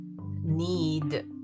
need